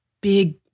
big